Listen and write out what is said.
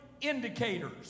indicators